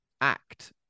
act